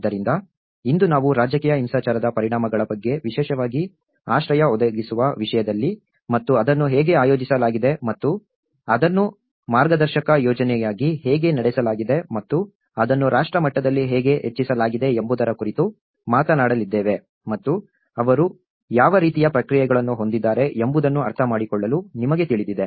ಆದ್ದರಿಂದ ಇಂದು ನಾವು ರಾಜಕೀಯ ಹಿಂಸಾಚಾರದ ಪರಿಣಾಮಗಳ ಬಗ್ಗೆ ವಿಶೇಷವಾಗಿ ಆಶ್ರಯ ಒದಗಿಸುವ ವಿಷಯದಲ್ಲಿ ಮತ್ತು ಅದನ್ನು ಹೇಗೆ ಆಯೋಜಿಸಲಾಗಿದೆ ಮತ್ತು ಅದನ್ನು ಮಾರ್ಗದರ್ಶಕ ಯೋಜನೆಯಾಗಿ ಹೇಗೆ ನಡೆಸಲಾಗಿದೆ ಮತ್ತು ಅದನ್ನು ರಾಷ್ಟ್ರ ಮಟ್ಟದಲ್ಲಿ ಹೇಗೆ ಹೆಚ್ಚಿಸಲಾಗಿದೆ ಎಂಬುದರ ಕುರಿತು ಮಾತನಾಡಲಿದ್ದೇವೆ ಮತ್ತು ಅವರು ಯಾವ ರೀತಿಯ ಪ್ರತಿಕ್ರಿಯೆಗಳನ್ನು ಹೊಂದಿದ್ದಾರೆ ಎಂಬುದನ್ನು ಅರ್ಥಮಾಡಿಕೊಳ್ಳಲು ನಿಮಗೆ ತಿಳಿದಿದೆ